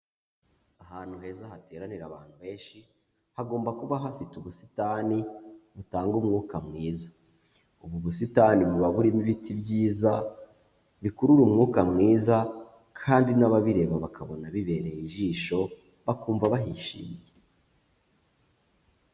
Ahantu heza hateranira abantu benshi, hagomba kubaho hafite ubusitani butanga umwuka mwiza, ubu busitani buba burimo ibiti byiza, bikurura umwuka mwiza kandi n'ababireba bakabona bibereye ijisho, bakumva bahishimye.